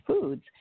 foods